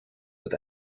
mit